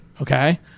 Okay